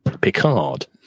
Picard